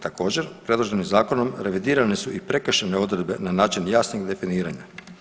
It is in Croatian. Također predloženim zakonom revidirane su i prekršajne odredbe na način jasnih definiranja.